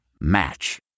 Match